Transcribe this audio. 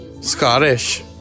Scottish